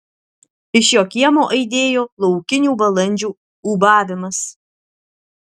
iš jo kiemo aidėjo laukinių balandžių ūbavimas